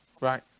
right